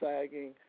sagging